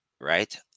right